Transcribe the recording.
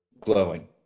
glowing